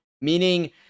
meaning